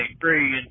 free